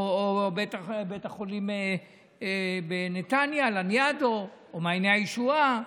או בית החולים לניאדו בנתניה או מעייני הישועה,